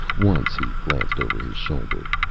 once he glanced over his shoulder.